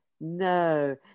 no